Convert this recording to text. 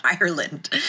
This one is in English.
Ireland